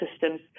systems